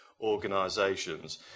organisations